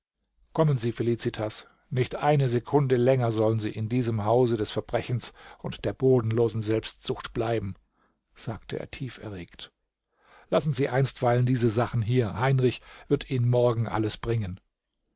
kommen sie felicitas nicht eine sekunde länger sollen sie in diesem hause des verbrechens und der bodenlosen selbstsucht bleiben sagte er tief erregt lassen sie einstweilen diese sachen hier heinrich wird ihnen morgen alles bringen